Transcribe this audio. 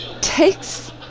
takes